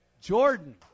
Jordan